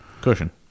cushion